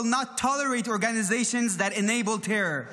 not tolerate organizations that enable terror.